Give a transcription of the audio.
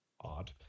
odd